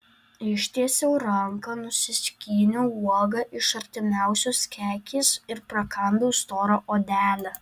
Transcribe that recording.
ištiesiau ranką nusiskyniau uogą iš artimiausios kekės ir prakandau storą odelę